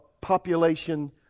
population